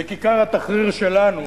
וכיכר התחריר שלנו